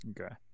okay